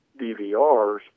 DVRs